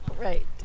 right